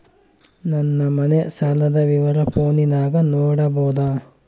ನನ್ನ ಮನೆ ಸಾಲದ ವಿವರ ಫೋನಿನಾಗ ನೋಡಬೊದ?